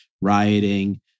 rioting